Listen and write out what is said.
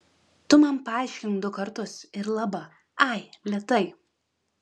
tu man paaiškink du kartus ir laba ai lėtai